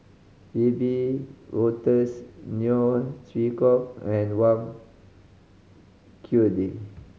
Wiebe Wolters Neo Chwee Kok and Wang Chunde